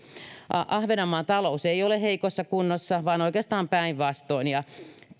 ahvenanmaan talous ei ole heikossa kunnossa vaan oikeastaan päinvastoin